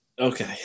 Okay